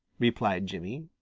replied jimmy,